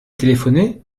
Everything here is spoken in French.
téléphoné